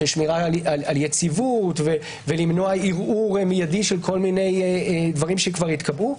על יציבות ולמנוע ערעור מיידי של כל מיני דברים שהתקבעו כבר.